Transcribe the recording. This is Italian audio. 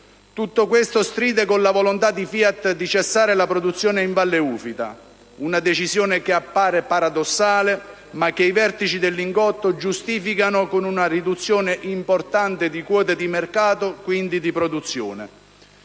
Tutto questo stride con la volontà di FIAT di cessare la produzione in Valle Ufita. Una decisione che appare paradossale, ma che i vertici del Lingotto giustificano con una riduzione importante di quote di mercato, quindi di produzione.